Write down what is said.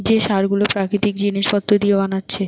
যে সার গুলো প্রাকৃতিক জিলিস পত্র দিয়ে বানাচ্ছে